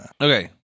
Okay